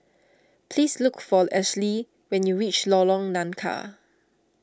please look for Ashlie when you reach Lorong Nangka